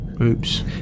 Oops